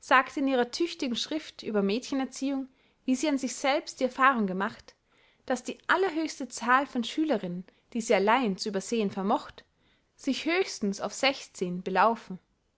sagt in ihrer tüchtigen schrift über mädchenerziehung wie sie an sich selbst die erfahrung gemacht daß die allerhöchste zahl von schülerinnen die sie allein zu übersehen vermocht sich höchstens auf sechszehn belaufen